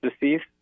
deceased